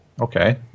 Okay